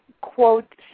quote